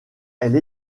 elle